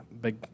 big